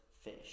fish